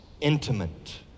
intimate